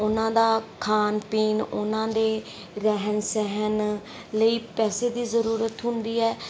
ਉਨ੍ਹਾਂ ਦਾ ਖਾਣ ਪੀਣ ਉਨ੍ਹਾਂ ਦੇ ਰਹਿਣ ਸਹਿਣ ਲਈ ਪੈਸੇ ਦੀ ਜ਼ਰੂਰਤ ਹੁੰਦੀ ਹੈ